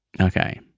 Okay